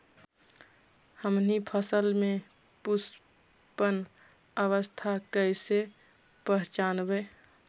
हमनी फसल में पुष्पन अवस्था कईसे पहचनबई?